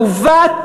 מעוות,